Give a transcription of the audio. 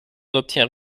n’obtient